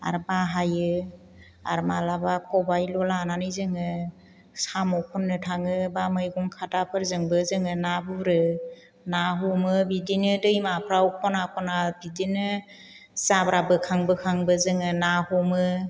आरो बाहायो आरो माब्लाबा खबाइल' लानानै जोङो साम' खननो थाङो एबा मैगं खादाफोरजोंबो जोङो ना बुरो ना हमो बिदिनो दैमाफ्राव खना खना बिदिनो जाब्रा बोखां बोखांबो जोङो ना हमो